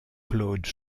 claude